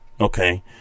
okay